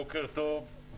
בוקר טוב.